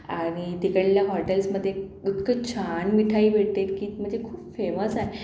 आणि तिकडल्या हॉटेल्समध्ये इतकं छान मिठाई भेटते की म्हणजे खूप फेमस आहे